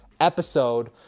episode